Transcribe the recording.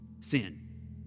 Sin